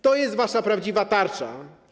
To jest wasza prawdziwa tarcza.